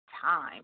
time